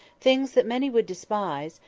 things that many would despise,